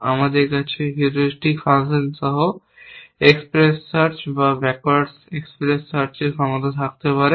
আমাদের কাছে heuristic function সহ এক্সপ্রেস সার্চ বা ব্যাকওয়ার্ড এক্সপ্রেস সার্চের ক্ষমতা থাকতে পারে